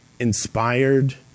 inspired